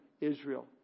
Israel